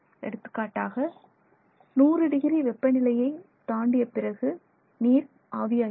எடுத்துக்காட்டாக நீரானது 100 டிகிரி வெப்ப நிலையை தாண்டிய பிறகு ஆவியாகிறது